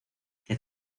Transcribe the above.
que